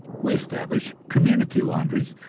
we establish community laundries,